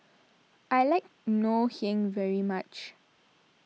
I like Ngoh Hiang very much